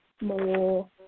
more